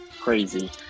crazy